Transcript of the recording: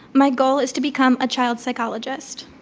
my goal is to become a child psychologist.